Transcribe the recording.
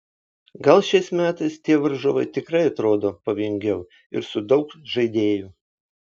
gal šiais metais tie varžovai tikrai atrodo pavojingiau ir su daug žaidėjų